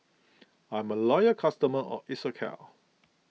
I'm a loyal customer of Isocal